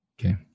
okay